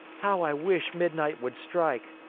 how i wish midnight would strike!